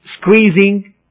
squeezing